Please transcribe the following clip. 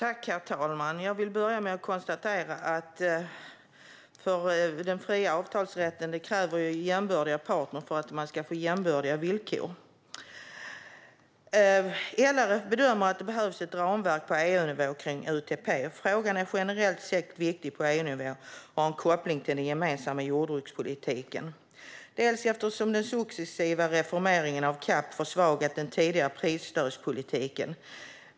Herr talman! Jag vill börja med att konstatera att den fria avtalsrätten kräver jämbördiga partner för att man ska få jämbördiga villkor. LRF bedömer att det behövs ett ramverk på EU-nivå kring UTP. Frågan är generellt sett viktig på EU-nivå och har en koppling till den gemensamma jordbrukspolitiken. Den successiva reformeringen av CAP har försvagat den tidigare prisstödspolitiken.